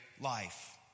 life